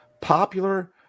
popular